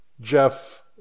Jeff